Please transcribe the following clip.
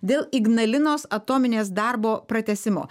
dėl ignalinos atominės darbo pratęsimo